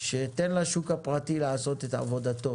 שתן לשוק הפרטי לעשות את עבודתו